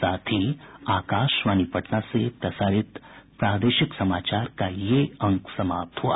इसके साथ ही आकाशवाणी पटना से प्रसारित प्रादेशिक समाचार का ये अंक समाप्त हुआ